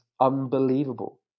unbelievable